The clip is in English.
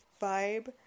vibe